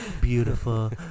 Beautiful